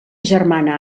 germana